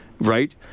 right